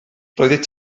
roeddet